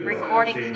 Recording